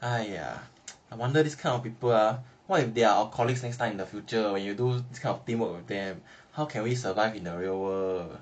!aiya! I wonder this kind of people ah why if they are our colleagues next time in the future when you do this kind of teamwork with them how can we survive in the real world